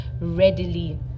readily